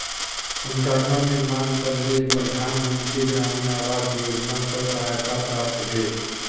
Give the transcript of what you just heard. हुनका घर निर्माणक लेल प्रधान मंत्री ग्रामीण आवास योजना सॅ सहायता प्राप्त भेल